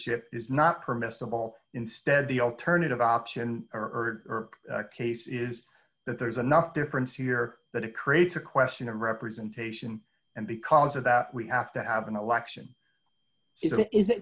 ship is not permissible instead the alternative option or case is that there's enough difference here that it creates a question of representation and because of that we have to have an election is